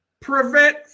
prevent